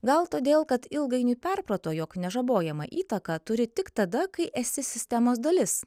gal todėl kad ilgainiui perprato jog nežabojamą įtaką turi tik tada kai esi sistemos dalis